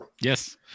Yes